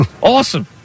Awesome